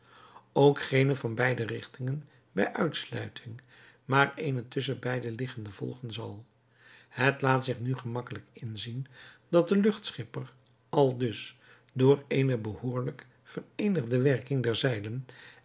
ook geene van beide richtingen bij uitsluiting maar eene tusschen beide inliggende volgen zal het laat zich nu gemakkelijk inzien dat de luchtschipper aldus door eene behoorlijk vereenigde werking der zeilen